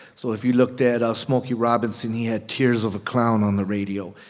so if you looked at smokey robinson, he had tears of a clown on the radio.